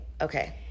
Okay